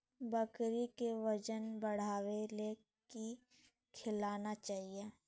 बकरी के वजन बढ़ावे ले की खिलाना चाही?